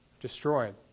destroyed